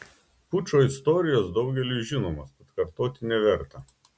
pučo istorijos daugeliui žinomos tad kartoti neverta